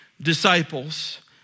disciples